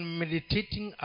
meditating